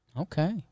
Okay